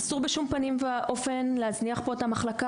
אסור בשום פנים ואופן להזניח פה את המחלקה